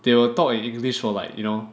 they will talk in English for like you know